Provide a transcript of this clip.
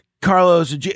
Carlos